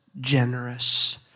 generous